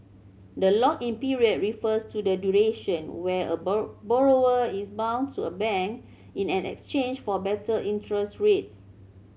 the lock in period refers to the duration where a bowl borrower is bound to a bank in an exchange for better interest rates